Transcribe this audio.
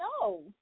No